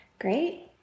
Great